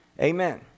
Amen